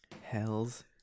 Hells